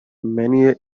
many